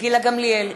גילה גמליאל,